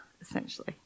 essentially